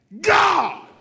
God